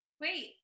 Wait